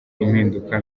impinduka